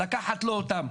לקחת לו אותם.